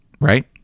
right